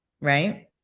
right